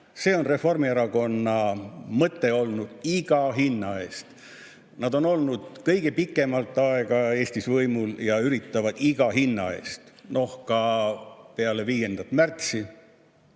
see on Reformierakonna mõte olnud. Iga hinna eest! Nad on olnud kõige pikemat aega Eestis võimul ja üritavad iga hinna eest, noh, ka peale 5. märtsi.